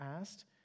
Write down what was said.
asked